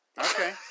Okay